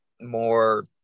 more